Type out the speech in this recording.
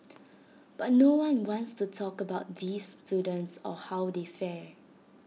but no one wants to talk about these students or how they fare